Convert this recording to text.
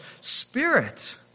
spirit